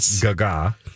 gaga